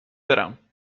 برم